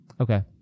Okay